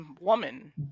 woman